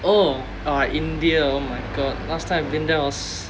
oh ah india oh my god last time I been there I was